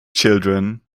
children